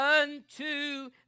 unto